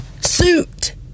suit